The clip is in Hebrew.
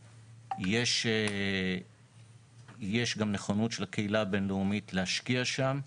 ישנה גם נכונות של הקהילה הבין לאומית להשקיע שם,